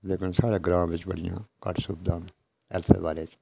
लेकिन साढ़े ग्रांऽ बिच बड़ियां घट्ठ सुविधां न हैल्थ दे बारे च